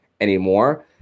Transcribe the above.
anymore